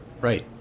right